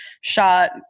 shot